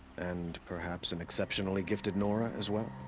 and. perhaps an exceptionally gifted nora, as well?